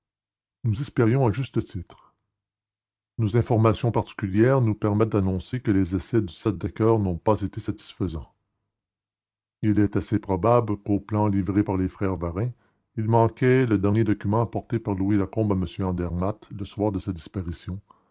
nous espérions à juste titre nos informations particulières nous permettent d'annoncer que les essais du sept de coeur n'ont pas été satisfaisants il est assez probable qu'aux plans livrés par les frères varin il manquait le dernier document apporté par louis lacombe à m andermatt le soir de sa disparition